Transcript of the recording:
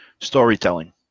storytelling